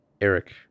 Eric